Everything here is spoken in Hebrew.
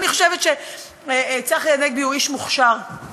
אני חושבת שצחי הנגבי הוא איש מוכשר,